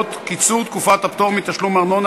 העיריות (קיצור תקופת הפטור מתשלום ארנונה